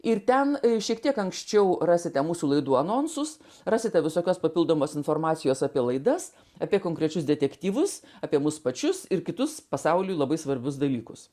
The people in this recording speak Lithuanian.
ir ten šiek tiek anksčiau rasite mūsų laidų anonsus rasite visokios papildomos informacijos apie laidas apie konkrečius detektyvus apie mus pačius ir kitus pasauliui labai svarbius dalykus